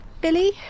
Billy